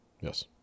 Yes